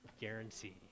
guarantee